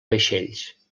vaixells